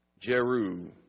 Jeru